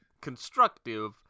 constructive